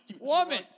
Woman